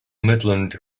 midland